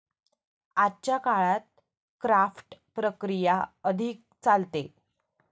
आजच्या काळात क्राफ्ट प्रक्रिया अधिक चालते